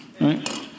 right